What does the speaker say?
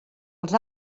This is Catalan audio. els